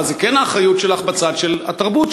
אבל זה כן האחריות שלך בצד של התרבות,